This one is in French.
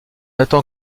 attend